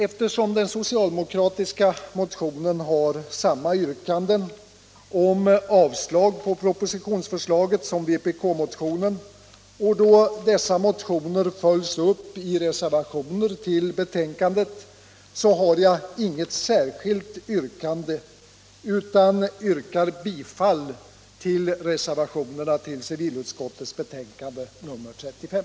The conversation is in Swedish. Eftersom den socialdemokratiska motionen har samma yrkanden om avslag på propositionsförslaget som vpk-motionen, och då dessa motioner följs upp i reservationerna till betänkandet, har jag inget särskilt yrkande utan yrkar bifall till reservationerna fogade till civilutskottets betänkande nr 35.